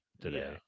today